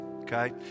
okay